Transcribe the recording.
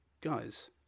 Guys